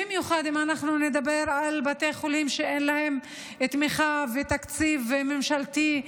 במיוחד אם אנחנו נדבר על בתי חולים שאין להם תמיכה ותקציב ממשלתי,